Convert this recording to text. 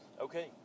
okay